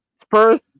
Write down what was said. Spurs